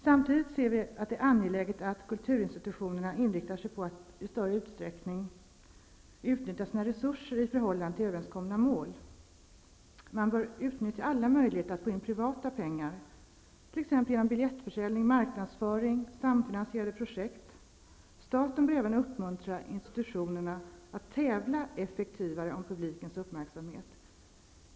Samtidigt är det angeläget att kulturinstitutionerna inriktar sig på att i större utsträckning utnyttja sina resurser i förhållande till överenskomna mål. Man bör utnyttja alla möjligheter att få in privata pengar, t.ex. genom biljettförsäljning, marknadsföring och samfinansierade projekt. Staten bör även uppmuntra institutionerna att tävla effektivare om publikens uppmärksamhet.